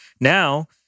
Now